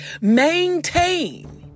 Maintain